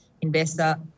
investor